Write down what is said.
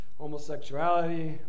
homosexuality